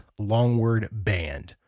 LongwordBand